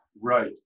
Right